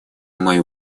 мою